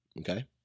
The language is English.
Okay